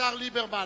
השר ליברמן?